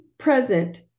Present